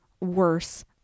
worse